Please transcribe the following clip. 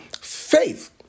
faith